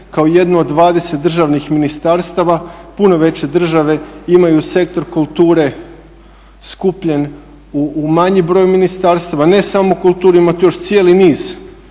kao jedno od 20 državnih ministarstava. Puno veće države imaju sektor kulture skupljen u manji broj ministarstava. Ne samo kulture, ima tu još cijeli niz